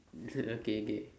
K K